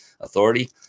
authority